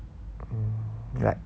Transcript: mm like